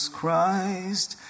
Christ